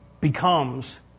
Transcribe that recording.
becomes